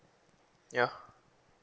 ya